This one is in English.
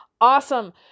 Awesome